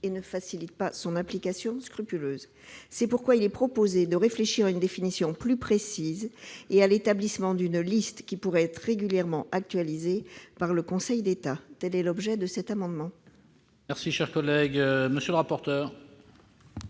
et ne facilite pas son application scrupuleuse. C'est pourquoi il est proposé de réfléchir à une définition plus précise et à l'établissement d'une liste qui pourrait être régulièrement actualisée par le Conseil d'État. Quel est l'avis de la commission ? Je salue cette ambition